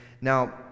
Now